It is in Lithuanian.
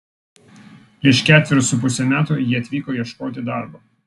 prieš ketverius su puse metų ji atvyko ieškoti darbo